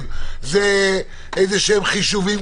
עזריאלי חיפה,